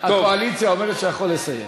אדוני, הקואליציה אומרת שאתה יכול לסיים.